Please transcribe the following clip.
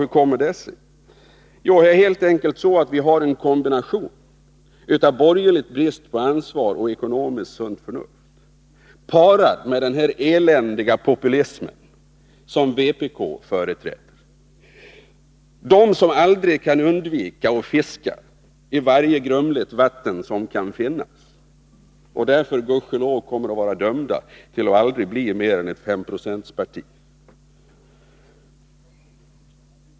Hur kommer det sig? Jo, det beror helt enkelt på en kombination av borgerlig brist på ansvar och ekonomiskt sunt förnuft och den eländiga populism som vpk företräder. Vpk kan ju aldrig undvika att fiska i varje grumligt vatten som kan finnas. Därför kommer vpk, gudskelov, att vara dömt att aldrig bli mer än ett femprocentsparti.